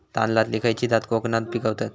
तांदलतली खयची जात कोकणात पिकवतत?